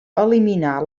eliminar